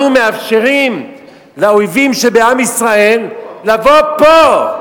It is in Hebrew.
אנחנו מאפשרים לאויבים של עם ישראל לבוא פה,